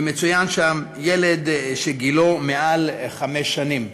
ומצוין שם: ילד שגילו מעל חמש שנים.